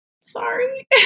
sorry